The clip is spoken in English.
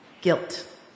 guilt